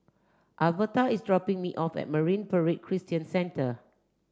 Alverta is dropping me off at Marine Parade Christian Centre